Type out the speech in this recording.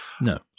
No